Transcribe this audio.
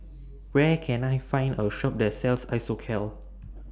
Where Can I Find A Shop that sells Isocal